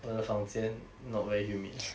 我的房间 not very humid